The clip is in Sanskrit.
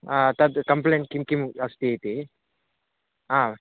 आ तद् कम्प्लेण्ट् किं किम् अस्ति इति आम्